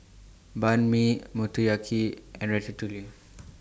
Banh MI Motoyaki and Ratatouille